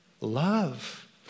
love